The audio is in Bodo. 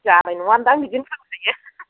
जानाय नङा दां बिदिनो फानखायो